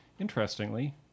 Interestingly